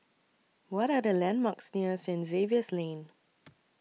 What Are The landmarks near St Xavier's Lane